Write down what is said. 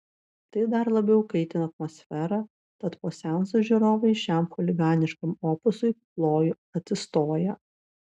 tai dar labiau kaitino atmosferą tad po seanso žiūrovai šiam chuliganiškam opusui plojo atsistoję